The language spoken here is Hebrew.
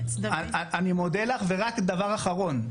אני מודה לך, ורק דבר אחרון.